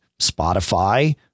Spotify